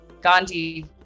Gandhi